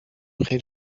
خیر